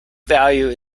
value